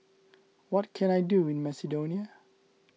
what can I do in Macedonia